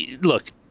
look